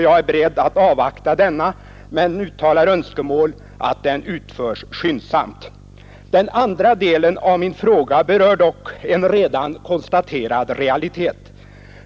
Jag är beredd att avvakta denna, men uttalar önskemål om att den utförs skyndsamt. Den andra delen av min fråga berör dock en redan konstaterad realitet.